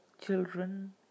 children